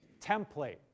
template